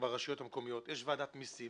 ברשויות המקומיות, יש ועדת מסים